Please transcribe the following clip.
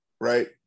right